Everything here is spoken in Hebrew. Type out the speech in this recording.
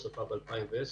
השרפה ב-2010,